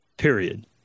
Period